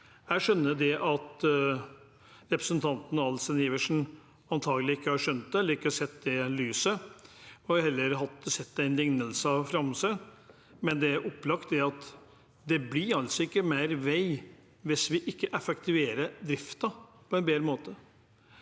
Jeg skjønner at representanten Adelsten Iversen antakelig ikke har skjønt det, ikke har sett det lyset og heller har sett en liknelse framom seg, men det er opplagt at det ikke blir mer vei hvis vi ikke effektiviserer driften på en bedre måte.